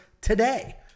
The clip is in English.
today